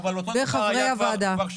אני מחזק אותך, אבל אותו דבר היה כבר שנים.